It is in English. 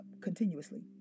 continuously